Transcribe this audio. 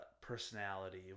personality